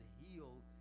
healed